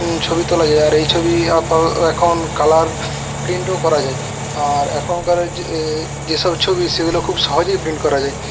ছবি তোলা যায় আর এই ছবি এখন কালার প্রিন্টও করা যায় আর এখনকারের যে যেসব ছবি সেগুলো খুব সহজেই প্রিন্ট করা যায়